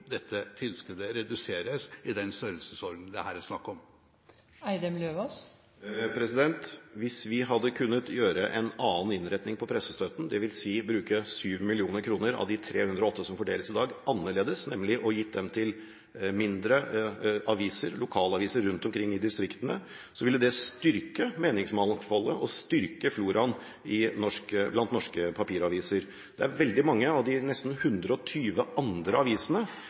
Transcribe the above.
dette tilskuddet reduseres i den størrelsesorden det her er snakk om? Hvis vi hadde kunnet gjøre en annen innretning på pressestøtten, dvs. bruke 7 mill. kr av de 308 mill. kr som fordeles i dag, annerledes, nemlig gitt dem til mindre aviser, lokalaviser, rundt omkring i distriktene, ville det styrke meningsmangfoldet og styrke floraen blant norske papiraviser. Det er veldig mange av de nesten 120 andre avisene